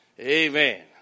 Amen